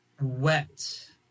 wet